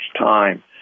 time